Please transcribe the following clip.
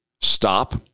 Stop